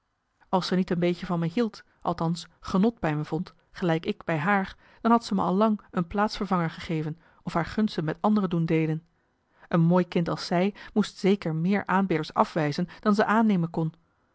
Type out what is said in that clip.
als ze niet een beetje van me hield althans genot bij me vond gelijk ik bij haar dan had ze me al lang een plaatsvervanger gegeven of haar gunsten met anderen doen deelen een mooi kind als zij moest zeker meer aanbidders afwijzen dan ze aannemen kon